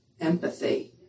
empathy